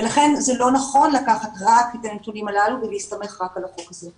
ולכן לא נכון לקחת רק את הנתונים הללו ולהסתמך רק על החוק הזה.